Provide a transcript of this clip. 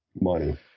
money